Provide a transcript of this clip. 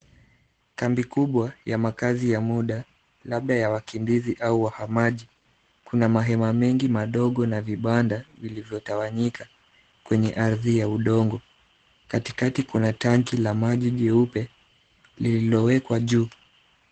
Kambi kubwa ya makaazi ya muda, labda ya wakimbizi au wahamaji. Kuna mahema mengi madogo na vibanda vilivyotawanyika kwenye ardhi ya udongo. Katikati kuna tanki la maji jeupe, lililowekwa juu.